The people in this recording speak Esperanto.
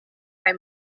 kaj